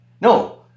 No